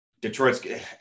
Detroit's –